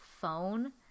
phone